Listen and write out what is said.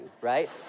right